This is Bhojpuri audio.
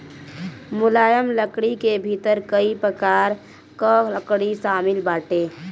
मुलायम लकड़ी के भीतर कई प्रकार कअ लकड़ी शामिल बाटे